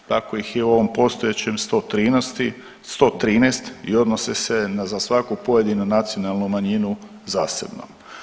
Tako im je u ovom postojećem 113 i odnose se na za svaku pojedinu nacionalnu manjinu zasebno.